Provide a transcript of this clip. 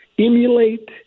emulate